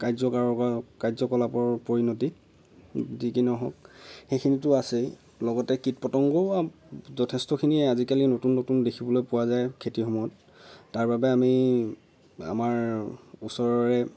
কাৰ্য কৰাৰ কাৰ্যকলাপৰ পৰিণতি যি কি নহওক সেইখিনিতো আছেই লগতে কীট পতঙ্গও যথেষ্টখিনি আজিকালি নতুন নতুন দেখিবলৈ পোৱা যায় খেতিৰ সময়ত তাৰ বাবে আমি আমাৰ ওচৰৰে